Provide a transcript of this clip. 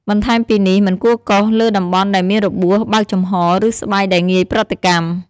បន្ថែមពីនេះ មិនគួរកោសលើតំបន់ដែលមានរបួសបើកចំហរ ឬស្បែកដែលងាយប្រតិកម្ម។